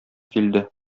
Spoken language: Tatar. килде